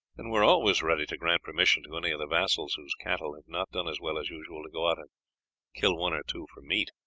and we are always ready to grant permission to any of the vassals, whose cattle have not done as well as usual, to go out and kill one or two for meat.